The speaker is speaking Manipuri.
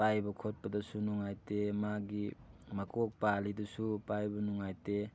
ꯄꯥꯏꯕ ꯈꯣꯠꯄꯗꯁꯨ ꯅꯨꯡꯉꯥꯏꯇꯦ ꯃꯥꯒꯤ ꯃꯈꯣꯛ ꯄꯥꯜꯂꯤꯗꯨꯁꯨ ꯄꯥꯏꯕ ꯅꯨꯡꯉꯥꯏꯇꯦ